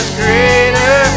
greater